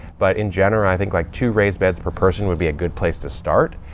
but in general, i think like two raised beds per person would be a good place to start.